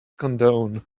condone